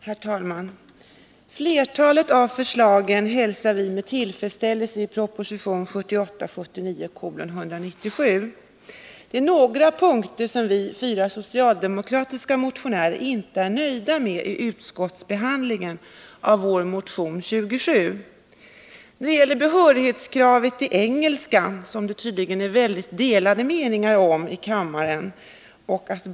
Herr talman! Flertalet av förslagen i propositionen 1978/79:197 hälsar vi med tillfredsställelse. På några punkter är vi, fyra socialdemokrater, dock inte nöjda med utskottets behandling av vår motion nr 27. Behörighetskravet i engelska råder det tydligen väldigt delade meningar om i kammaren.